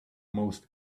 most